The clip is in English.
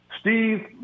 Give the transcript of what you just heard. Steve